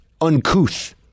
uncouth